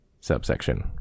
subsection